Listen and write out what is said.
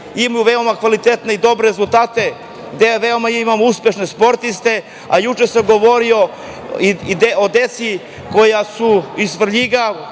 imaju veoma kvalitetne i dobre rezultate, gde veoma imamo uspešne sportiste. Juče sam govorio i o deci iz Svrljiga